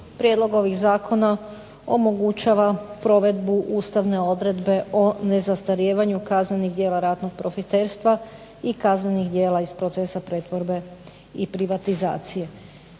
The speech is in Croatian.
prijedlog ovih zakona omogućava provedbu ustavne odredbe o nezastarijevanju kaznenih djela ratnog profiterstva i kaznenih djela iz procesa pretvorbe i privatizacije.